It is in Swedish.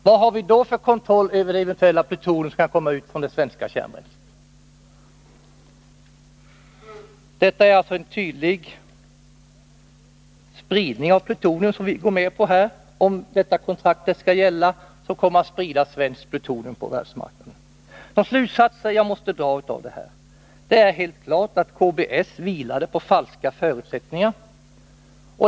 Vad har vi då för kontroll över det eventuella plutonium som kan komma ut från det svenska kärnbränslet? Det är alltså tydligt att vi går med på spridning av plutonium. Om detta kontrakt skall gälla, kommer svenskt plutonium att kunna spridas på världsmarknaden. De slutsatser jag måste dra av detta är att det är helt klart att KBS vilade på falska förutsättningar.